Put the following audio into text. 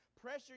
pressure